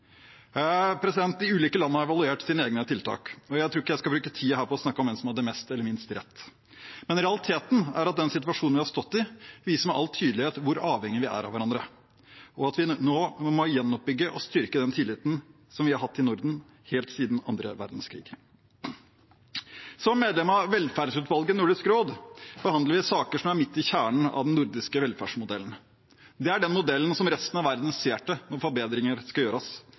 De ulike landene har evaluert sine egne tiltak, og jeg tror ikke jeg skal bruke tid her på å snakke om hvem som hadde mest eller minst rett. Men realiteten er at den situasjonen vi har stått i, viser med all tydelighet hvor avhengige vi er av hverandre, og at vi nå må gjenoppbygge og styrke den tilliten som vi har hatt i Norden helt siden andre verdenskrig. Som medlemmer av velferdsutvalget i Nordisk råd behandler vi saker som er midt i kjernen av den nordiske velferdsmodellen. Det er den modellen som resten av verden ser til når forbedringer skal gjøres.